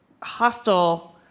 hostile